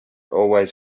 always